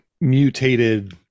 mutated